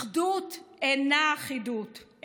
אחדות אינה אחידות.